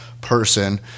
person